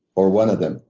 or one of them.